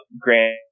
Grant